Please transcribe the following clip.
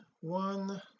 one